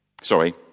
sorry